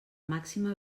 màxima